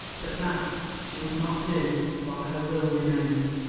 but that she would not do while her will remained.